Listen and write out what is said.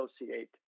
associate